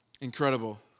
Incredible